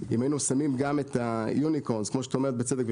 אם היינו שמים גם את היוניקורן כמו שאת אומרת בצדק,